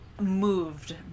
moved